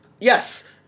yes